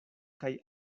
kaj